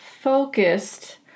focused